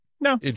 no